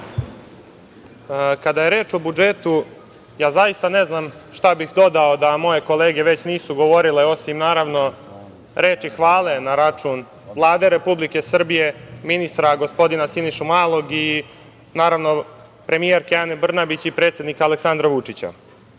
kada je reč o budžetu, ja zaista ne znam šta bih dodao da moje kolege već nisu govorile osim, naravno, reči hvale na račun Vlade Republike Srbije, ministra gospodina Sinišu Malog i naravno, premijerke Ane Brnabić i predsednika Aleksandra Vučića. Svedoci